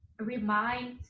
remind